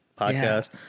Podcast